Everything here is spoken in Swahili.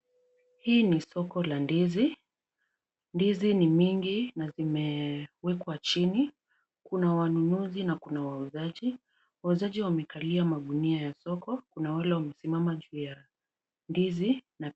Hii ni soko ya ndizi. Ndizi ni mingi na zimewekwa chini. kuna wanunuzi na kuna wauzaji. Wauzaji wamekalia magunia ya soko na wale wamesimama juu ya ndizi.